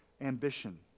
ambition